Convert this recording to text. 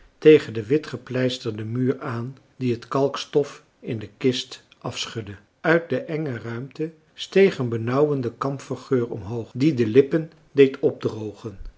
tegen den witgepleisterden muur aan die het kalkstof in de kist afschudde uit de enge ruimte steeg een benauwende kamfergeur omhoog die de lippen deed opdrogen